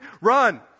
run